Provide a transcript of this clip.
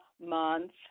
month